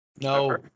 No